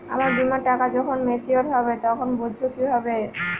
আমার বীমার টাকা যখন মেচিওড হবে তখন বুঝবো কিভাবে?